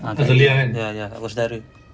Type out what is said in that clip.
ya ya our saudara